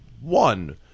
one